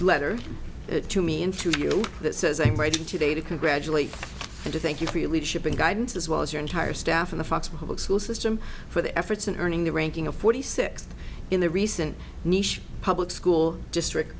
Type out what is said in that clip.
letter to me in to you that says i'm writing today to congratulate and to thank you for your leadership and guidance as well as your entire staff in the fox for public school system for the efforts in earning the ranking of forty six in the recent public school district